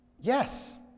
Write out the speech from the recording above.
Yes